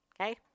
Okay